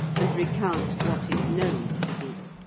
and recount what is known to be.